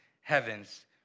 heavens